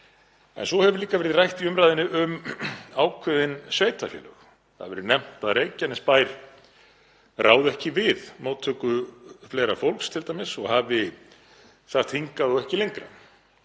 Svo hefur líka verið rætt í umræðunni um ákveðin sveitarfélög. Það hefur verið nefnt að Reykjanesbær ráði ekki við móttöku fleira fólks t.d. og hafi sagt: Hingað og ekki lengra.